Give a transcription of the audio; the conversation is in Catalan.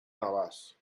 navàs